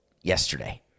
yesterday